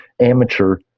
amateur